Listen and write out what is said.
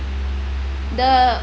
the